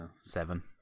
Seven